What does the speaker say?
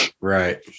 right